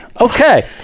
Okay